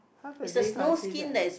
half a day considered